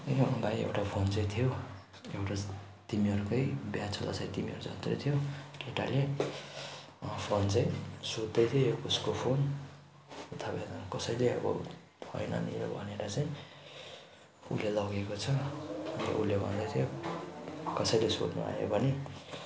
होइन भाइ एउटा फोन चाहिँ थियो एउटा तिमीहरूकै ब्याच होला सायद तिमीहरू जत्रै थियो केटाले फोन चाहिँ सोद्धै थियो यो कलको फोन थाह भएन कसैले अब भनेन मेरो भनेर चाहिँ उसले लगेको छ अन्त उसले भन्दै थियो कसैले सोध्नु आयो भने